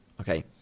okay